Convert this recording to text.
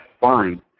fine